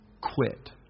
quit